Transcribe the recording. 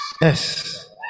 yes